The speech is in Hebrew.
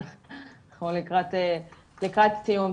אנחנו לקראת בדיקת תיאום.